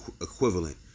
equivalent